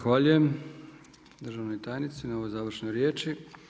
Zahvaljujem državnoj tajnici na ovoj završnoj riječi.